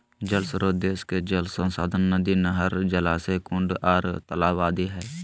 जल श्रोत देश के जल संसाधन नदी, नहर, जलाशय, कुंड आर तालाब आदि हई